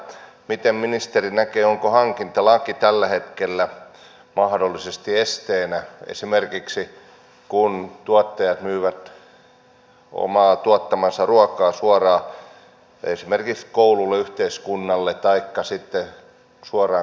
miten ministeri näkee onko hankintalaki tällä hetkellä mahdollisesti esteenä esimerkiksi kun tuottajat myyvät omaa tuottamaansa ruokaa suoraan esimerkiksi kouluille yhteiskunnalle taikka sitten suoraan kuluttajille